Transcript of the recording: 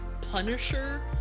Punisher